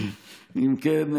אם כן,